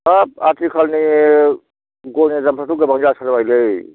हाब आथिखालनि गयनि दामफ्राथ' गोबां जाथारबायलै